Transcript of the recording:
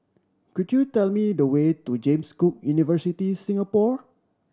could you tell me the way to James Cook University Singapore